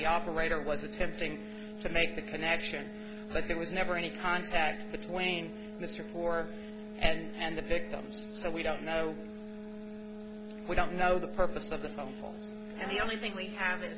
the operator was attempting to make the connection but there was never any contact between mr four and the victims so we don't know we don't know the purpose of the phone and the only thing we have